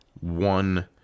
one